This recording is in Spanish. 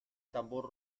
tambor